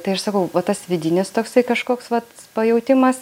tai aš sakau va tas vidinis toksai kažkoks vat pajautimas